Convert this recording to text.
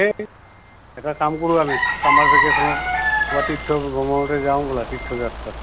এই এটা কাম কৰোঁ আমি ছামাৰ ভেকেচনত ক'ৰবাত তীৰ্থ ভ্ৰমণতে যাওঁ বোলা তীৰ্থ যাত্ৰাত